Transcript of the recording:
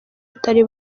atari